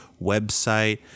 website